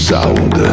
Sound